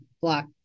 block